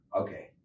okay